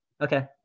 okay